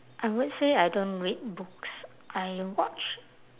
I would say I don't read books I watch